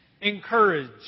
encourage